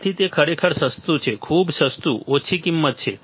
તેથી તે ખરેખર સસ્તું છે ખૂબ ઓછી કિંમત છે